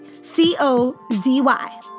C-O-Z-Y